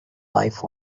life